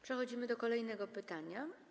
Przechodzimy do kolejnego pytania.